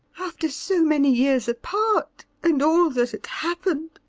after so many years apart, and all that had happened.